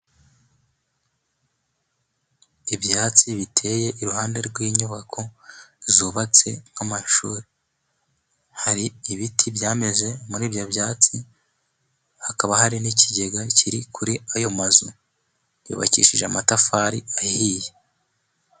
Ibyatsi biteye iruhande rw'inyubako zubatse nk'amashuri, hari ibiti byameze muri ibyo byatsi, hakaba hari n'ikigega kiri kuri ayo mazu yubakishije amatafari ahiye.